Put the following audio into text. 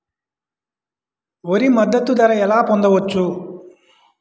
వరి మద్దతు ధర ఎలా పొందవచ్చు?